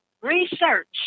Research